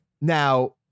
Now